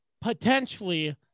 potentially